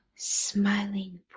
Smiling